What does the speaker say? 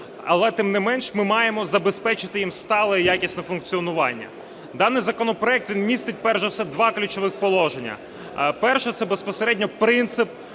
Але, тим не менш, ми маємо забезпечити їм стале і якісне функціонування. Даний законопроект, він містить перш за все два ключових положення. Перший – це безпосередньо принцип